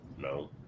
No